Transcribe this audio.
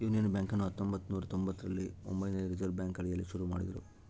union ಬ್ಯಾಂಕನ್ನು ಹತ್ತೊಂಭತ್ತು ನೂರ ಹತ್ತೊಂಭತ್ತರಲ್ಲಿ ಮುಂಬೈನಲ್ಲಿ ರಿಸೆರ್ವೆ ಬ್ಯಾಂಕಿನ ಅಡಿಯಲ್ಲಿ ಶುರು ಮಾಡಿದರು